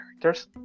characters